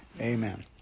Amen